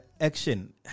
action